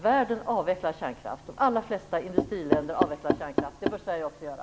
Världen, de allra flesta industriländer, avvecklar kärnkraften, och det bör Sverige också göra.